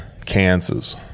Kansas